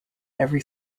every